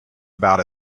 about